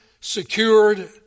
secured